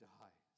die